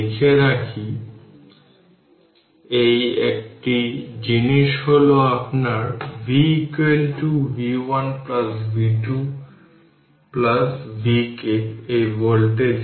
সুতরাং এখানে এটি 50 ভোল্ট v1 v1 C3 এবং C৪ প্যারালাল এ রয়েছে তাই তাদের একই ভোল্টেজ